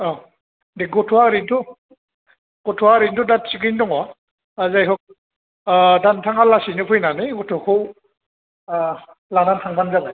औ दे गथ'आ ओरैनोथ' गथ'आ ओरैनोथ' दा थिगैनो दङ जायहग दा नोंथाङा लासैनो फैनानै गथ'खौ लानानै थांबानो जाबाय